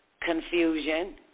confusion